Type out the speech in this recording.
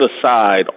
aside